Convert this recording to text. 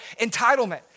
entitlement